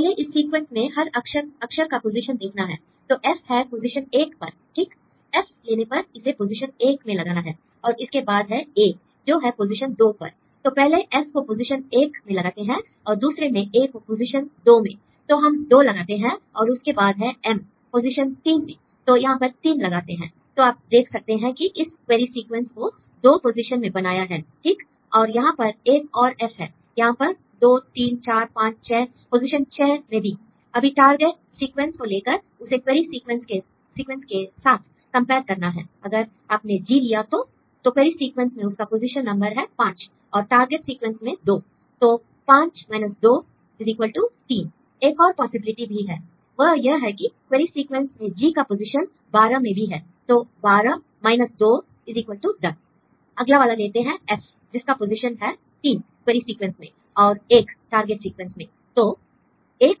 पहले इस सीक्वेंस में हर अक्षर का पोजीशन देखना है l तो F है पोजीशन 1 पर ठीक F लेने पर इसे इसे पोजीशन 1 में लगाना है और इसके बाद है A जो है पोजीशन 2 पर l तो पहले F को पोजीशन 1 में लगाते हैं और दूसरे में A को पोजीशन 2 में l तो हम 2 लगाते हैं और उसके बाद है M पोजीशन 3 में l तो यहां पर 3 लगाते हैं l तो आप देख सकते हैं कि इस क्वेरी सीक्वेंस को दो पोजीशन में बनाया है ठीक और यहां पर एक और F है यहां पर 2 3 4 5 6 पोजीशन 6 में भी l अभी टारगेट सीक्वेंस को लेकर उसे क्वेरी सीक्वेंस के साथ कंपेयर करना है l अगर आपने G लिया तो तो क्वेरी सीक्वेंस में उसका पोजीशन नंबर है 5 और टारगेट सीक्वेंस में 2 l तो 5 2 3 एक और पॉसिबिलिटी भी है वह यह है कि क्वेरी सीक्वेंस में G का पोजीशन 12 में भी है तो 12 2 10 l अगला वाला लेते हैं F जिसका पोजीशन है 3 क्वेरी सीक्वेंस में और 1 टारगेट सीक्वेंस में तो 1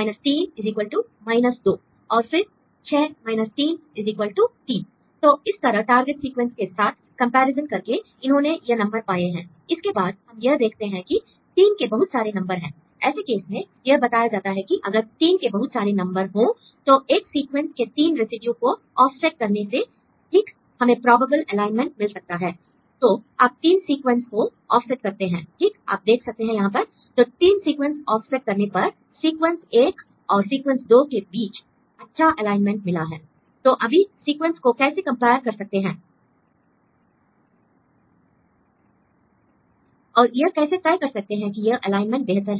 3 2 और फिर 6 3 3 l तो इस तरह टारगेट सीक्वेंस के साथ कंपैरिज़न करके इन्होंने यह नंबर पाए हैं l इसके बाद हम यह देखते हैं कि 3 के बहुत सारे नंबर हैं l ऐसे केस में यह बताया जाता है कि अगर 3 के बहुत सारे नंबर हों तो एक सीक्वेंस के 3 रेसिड्यू को ऑफ्सेट करने से ठीक हमें प्रोबेबल एलाइनमेंट मिल सकता है l तो आप तीन सीक्वेंस को ऑफ्सेट करते हैं ठीक आप देख सकते हैं यहां पर l तो तीन सीक्वेंस ऑफ्सेट करने पर सीक्वेंस 1और सीक्वेंस 2 के बीच अच्छा एलाइनमेंट मिला है l तो अभी सीक्वेंस को कैसे कंपेयर कर सकते हैं और यह कैसे तय कर सकते हैं कि यह एलाइनमेंट बेहतर है